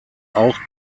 auch